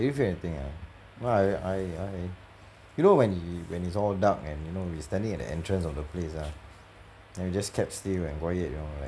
you didn't feel anything ah no I I I you know when you when it's all dark and you know we standing at the entrance of the place ah and we just kept still and quite you know like